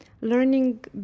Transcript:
learning